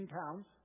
pounds